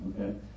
okay